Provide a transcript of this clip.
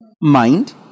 mind